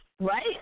Right